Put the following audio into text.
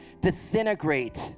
disintegrate